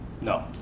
no